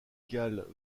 gale